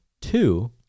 two